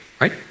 right